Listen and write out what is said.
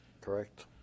Correct